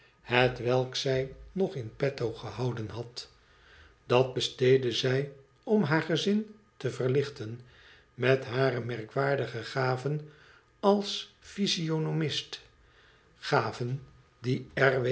hetwelk zij nog in petto gehouden had dat besteedde zij om haar gezin te verlichten met hare merkwaardige gaven als physionomist gaven die